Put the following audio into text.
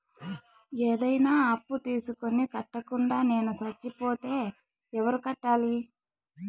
ఏదైనా అప్పు తీసుకొని కట్టకుండా నేను సచ్చిపోతే ఎవరు కట్టాలి?